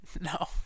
No